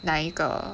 哪一个